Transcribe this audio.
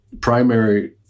primary